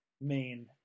main